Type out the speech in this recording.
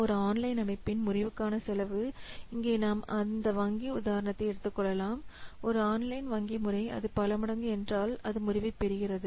ஒரு ஆன்லைன் அமைப்பின் முறிவுக்கான செலவு இங்கே நாம் அந்த வங்கி உதாரணத்தை எடுத்துக் கொள்ளலாம் ஒரு ஆன்லைன் வங்கி முறை அது பல மடங்கு என்றால் அது முறிவைப் பெறுகிறது